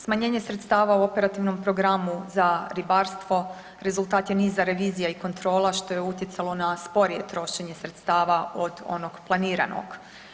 Smanjenje sredstava u operativnom programu za ribarstvo rezultat je niza revizija i kontrola što je utjecalo na sporije trošenje sredstava od onog planiranog.